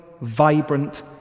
vibrant